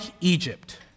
Egypt